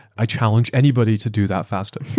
i challenge anybody to do that faster.